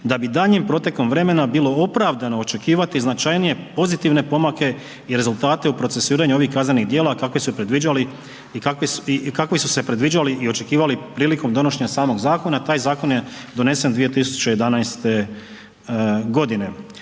da bi daljnjim protekom vremena bilo opravdano očekivati značajnije pozitivne pomake i rezultate u procesuiranju ovih kaznenih djela i kakvi su se predviđali i očekivali prilikom donošenja samog zakona, taj zakon je donesen 2011. godine“.